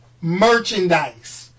merchandise